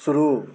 शुरू